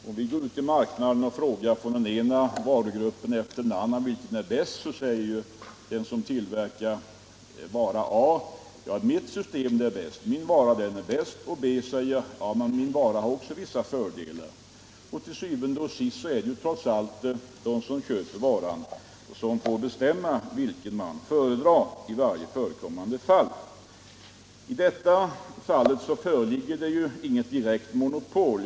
Om vi går ut i marknaden och frågar olika fabrikanter vilken produkt som är bäst, så säger den som tillverkar vara A: ”Min vara är bäst”, och den som tillverkar vara B säger: ”Min vara har också vissa fördelar framför vara A.” Til syvende og sidst är det trots allt de som köper varan som får bestämma vilken de föredrar i varje förekommande fall. Så fungerar marknadsekonomin. I detta fall föreligger inget monopol.